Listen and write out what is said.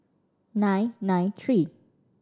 nine nine three